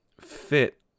fit